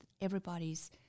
everybody's